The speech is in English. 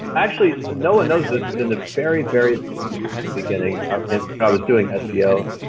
actually no one knows this but in the very, very beginning i was doing seo,